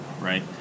right